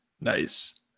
Nice